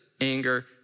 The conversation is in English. anger